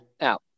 Now